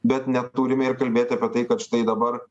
bet neturime ir kalbėti apie tai kad štai dabar